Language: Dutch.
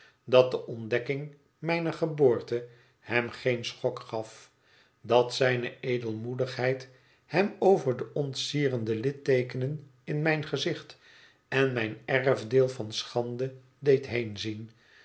dat de ontdekking mijner geboorte hem geen schok gaf dat zijne edelmoedigheid hem over de ontsierende litteekenen in mijn gezicht en mijn erfdeel van schande deed